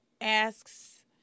asks